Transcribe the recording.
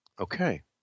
Okay